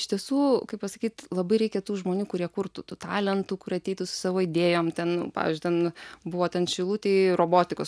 iš tiesų kaip pasakyt labai reikia tų žmonių kurie kurtų tų talentų kurie ateitų su savo idėjom ten pavyzdžiui ten buvo ten šilutėj robotikos